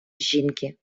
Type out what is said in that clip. жінки